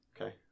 Okay